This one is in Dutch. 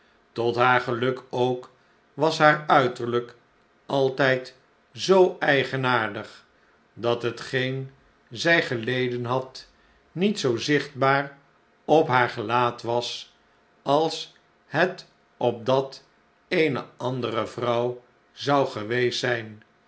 tot haar geluk ook was haar uiterlijk altgd zoo eigenaardig dat hetgeen zij geleden had niet zoo zichtbaar op haar gelaat was als het op dat eener andere vrouw zou geweest zijn